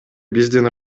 биздин